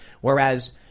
Whereas